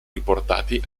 riportati